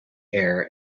air